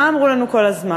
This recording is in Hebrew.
מה אמרו לנו כל הזמן?